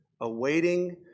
awaiting